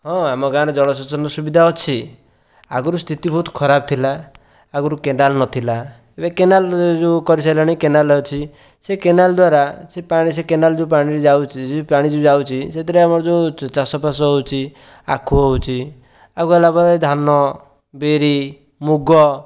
ହଁ ଆମ ଗାଁରେ ଜଳସେଚନର ସୁବିଧା ଅଛି ଆଗରୁ ସ୍ଥିତି ବହୁତ ଖରାପ ଥିଲା ଆଗରୁ କେନାଲ ନଥିଲା ଏବେ କେନାଲ ଯେଉଁ କରି ସାରିଲାଣି କେନାଲ ଅଛି ସେହି କେନାଲ ଦ୍ୱାରା ସେଇ ପାଣି ସେ କେନାଲରୁ ପାଣି ଯେଉଁ ଯାଉଛି ପାଣି ଯେଉଁ ଯାଉଛି ସେଥିରେ ଆମର ଯେଉଁ ଚାଷ ଫାସ ହେଉଛି ଆଖୁ ହେଉଛି ଆଉ ଗଲା ପରେ ଧାନ ବିରି ମୁଗ